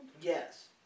Yes